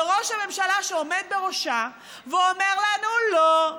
וראש הממשלה שעומד בראשה אומר לנו: לא,